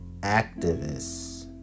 activists